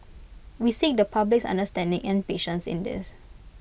we seek the public's understanding and patience in this